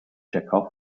chekhov